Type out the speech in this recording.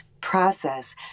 process